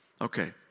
Okay